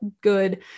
good